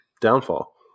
downfall